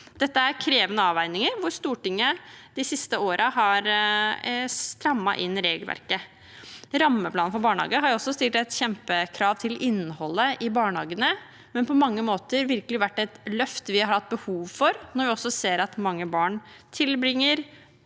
Dette er krevende avveininger, hvor Stortinget de siste årene har strammet inn regelverket. Rammeplanen for barnehage har også stilt et kjempekrav til innholdet i barnehagene, men på mange måter virkelig vært et løft vi har hatt behov for, når vi også ser at mange barn tilbringer